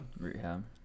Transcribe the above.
Rehab